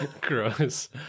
Gross